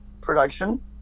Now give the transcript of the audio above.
production